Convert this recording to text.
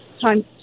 time